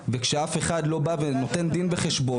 וכשאף אחד לא בא ונותן דין וחשבון,